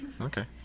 Okay